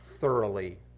thoroughly